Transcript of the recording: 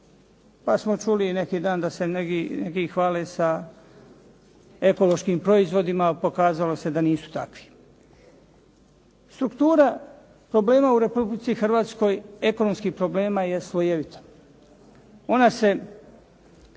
Pa smo čuli i neki dan da se neki hvale sa ekološkim proizvodima, pokazalo se da nisu takvi. Struktura problema u Republici Hrvatskoj, ekonomskih problema je slojevito. Ona se